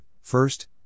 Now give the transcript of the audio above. first